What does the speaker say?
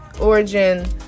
origin